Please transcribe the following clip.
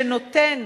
שנותן